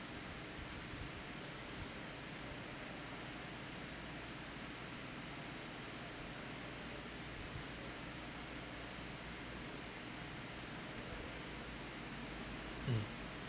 mm